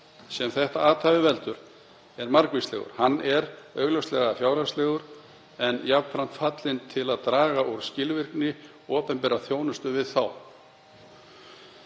sem þetta athæfi veldur er margvíslegur; hann er augljóslega fjárhagslegur en jafnframt fallinn til að draga úr skilvirkni opinberrar þjónustu við þá